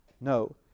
No